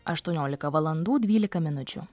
aštuoniolika valandų dvylika minučių